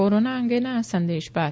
corona અંગેના આ સંદેશ બાદ